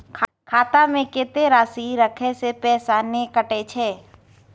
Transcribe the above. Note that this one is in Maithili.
खाता में कत्ते राशि रखे से पैसा ने कटै छै?